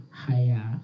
higher